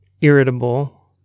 irritable